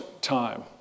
time